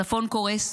הצפון קורס.